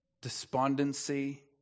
despondency